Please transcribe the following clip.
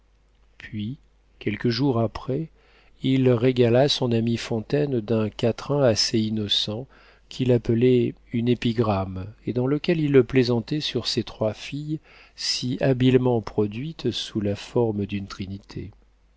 puis quelques jours après il régala son ami fontaine d'un quatrain assez innocent qu'il appelait une épigramme et dans lequel il le plaisantait sur ses trois filles si habilement produites sous la forme d'une trinité